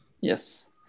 Yes